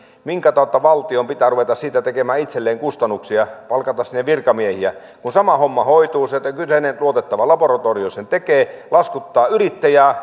minkä tautta valtion pitää ruveta siitä tekemään itselleen kustannuksia palkata sinne virkamiehiä kun sama homma hoituu sillä että kyseinen luotettava laboratorio sen tekee laskuttaa yrittäjää